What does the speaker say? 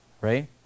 right